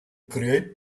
create